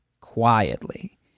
quietly